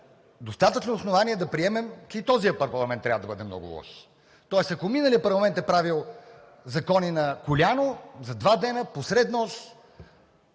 достатъчно основание да приемем, че и този парламент трябва да бъде много лош. Тоест, ако миналият парламент е правел закони на коляно, за два дена, посред нощ,